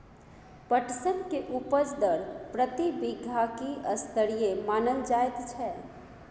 पटसन के उपज दर प्रति बीघा की स्तरीय मानल जायत छै?